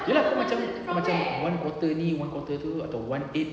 ye lah kau macam macam one quarter ni one quarter tu one eighth